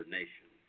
nation